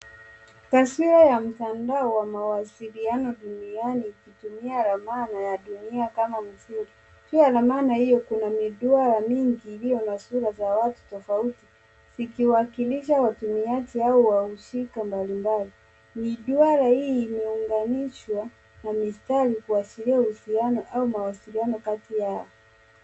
Taswira ya mtandao wa mawasiliano duniani ikitumia ramani ya dunia kama msingi. Juu ya ramani hiyo kuna miduara mingi iliyo na sura za watu tofauti zikiwakilisha watumiaji au washirika mbalimbali. Miduara hii imeunganishwa na mistari kuashiria uhusiano au mawasiliano kati ya hao.